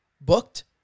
booked